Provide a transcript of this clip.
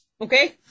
Okay